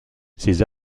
ses